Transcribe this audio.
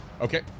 Okay